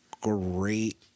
great